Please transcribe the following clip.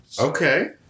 Okay